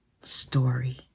story